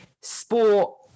sport